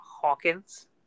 Hawkins